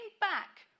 back